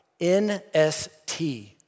NST